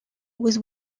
was